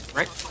Right